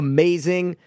Amazing